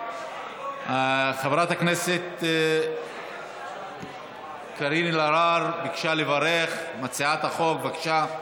חברת הכנסת קארין אלהרר, מציעת החוק ביקשה לברך.